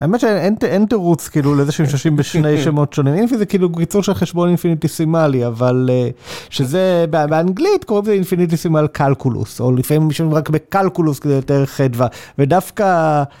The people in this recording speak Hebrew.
האמת ש ,אין תירוץ כאילו לזה שהם שושים בשני שמות שונים זה כאילו קיצור של חשבון אינפיניטיסימלי אבל שזה באנגלית קוראים לזה אינפיניטיסימל קלקולוס או לפעמים בשביל רק בקלקולוס זה יותר חדווה ודווקא.